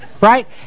right